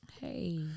Hey